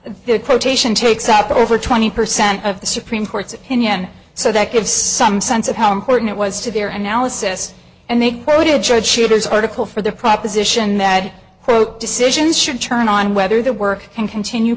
the quotation takes up over twenty percent of the supreme court's opinion so that gives some sense of how important it was to their analysis and they quoted judge shitters article for the proposition that quote decisions should turn on whether the work can continue